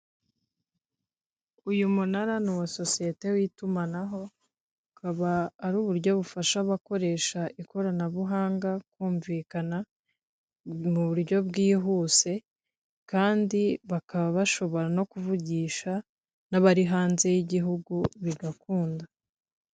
Uyu munara ni uwa sosiyete y'itumanaho, ukaba ari uburyo bufasha abakoresha ikoranabuhanga kumvikana mu buryo bwihuse kandi bakaba bashobora no kuvugisha n'abari hanze y'igihugu bigakunda.